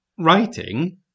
writing